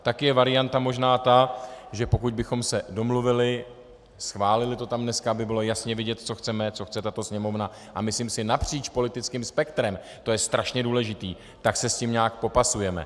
Taky je varianta možná ta, že pokud bychom se domluvili, schválili to tam dneska, aby bylo jasně vidět, co chceme, co chce tato Sněmovna, a myslím si napříč politickým spektrem, to je strašně důležité, tak se s tím nějak popasujeme.